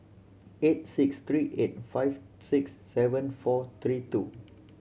eight six three eight five six seven four three two